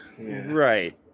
right